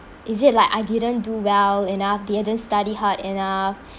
is it like I didn't do well enough didn't study hard enough